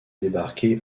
débarqués